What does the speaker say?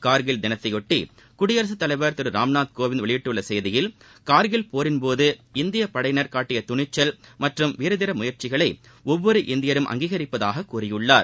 கார்கில் தினத்தையொட்டி குடியரசு தலைவர் திரு ராம்நாத் கோவிந்த் வெளியிட்டுள்ள செய்தியில் கார்கில் போரின் போது இந்தியப் படையினர் காட்டிய துணிச்சல் மற்றும் வீர தீர முயற்சிகளை ஒவ்வொரு இந்தியரும் அங்கீகரிப்பதாக கூறியுள்ளார்